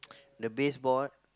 the base board